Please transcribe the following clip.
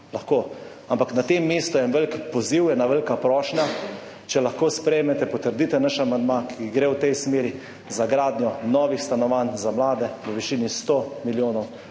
Lahko. Ampak na tem mestu en velik poziv, ena velika prošnja, če lahko sprejmete, potrdite naš amandma, ki gre v smeri za gradnjo novih stanovanj za mlade v višini 100 milijonov